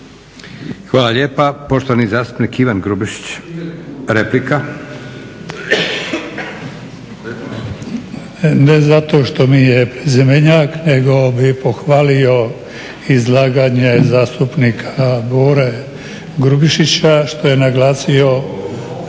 Hvala lijepa. Poštovani zastupnik Ivan Grubišić, replika. **Grubišić, Ivan (Nezavisni)** Ne zato što mi je prezimenjak nego bih pohvalio izlaganje zastupnika Bore Grubišića što je naglasio